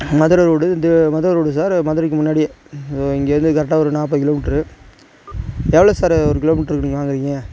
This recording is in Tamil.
மதுரை ரோடு இந்த மதுரை ரோடு சார் மதுரைக்கு முன்னாடியே இங்கேருந்து கரெக்டாக ஒரு நாற்பது கிலோமீட்ரு எவ்வளோ சார் ஒரு கிலோ மீட்ருக்கு நீங்கள் வாங்கிறீங்க